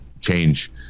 change